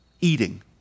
eating